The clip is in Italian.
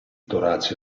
torace